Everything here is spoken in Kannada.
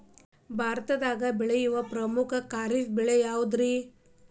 ಭಾರತದಾಗ ಬೆಳೆಯೋ ಪ್ರಮುಖ ಖಾರಿಫ್ ಬೆಳೆ ಯಾವುದ್ರೇ?